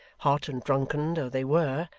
hot and drunken though they were,